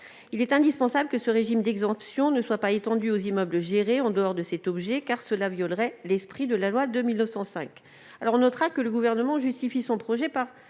Il est donc indispensable que ce régime d'exemption ne soit pas étendu aux immeubles gérés en dehors de cet objet, sans quoi l'esprit de la loi de 1905 s'en trouverait violé. Le Gouvernement justifie son projet par